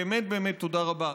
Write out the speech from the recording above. באמת באמת תודה רבה.